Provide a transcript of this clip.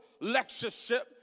lectureship